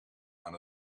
aan